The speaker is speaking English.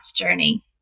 journey